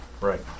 right